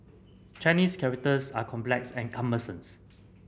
Chinese characters are complex and